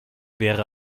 wäre